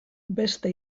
beste